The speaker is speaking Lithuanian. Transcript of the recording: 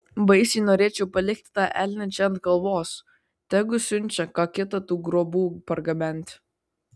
baisiai norėčiau palikti tą elnią čia ant kalvos tegu siunčia ką kitą tų grobų pargabenti